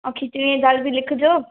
ऐं खिचणीअ जी दाल बि लिखिजो